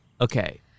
okay